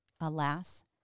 Alas